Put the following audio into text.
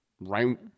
right